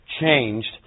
changed